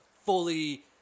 fully